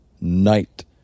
night